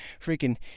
freaking